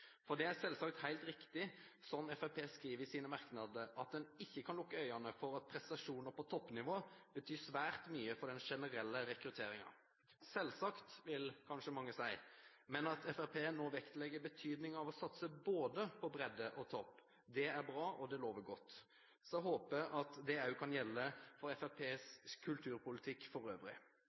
For det er selvsagt helt riktig som Fremskrittspartiet skriver i sine merknader, at en ikke kan lukke øynene for at prestasjoner på toppnivå betyr svært mye for den generelle rekrutteringen – selvsagt, vil kanskje mange si. Men at Fremskrittspartiet nå vektlegger betydningen av å satse på både bredde og topp, er bra, og det lover godt! Jeg håper at det også kan gjelde for Fremskrittspartiets kulturpolitikk for øvrig.